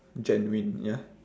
genuine ya